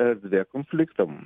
erdvė konfliktam